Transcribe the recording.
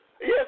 Yes